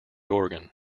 organ